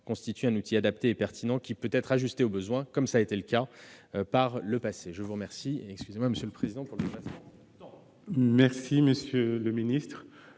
constitue un outil adapté et pertinent, qui peut être ajusté au besoin, comme cela a été le cas par le passé. La parole